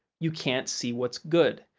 you can't see what's good.